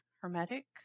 hermetic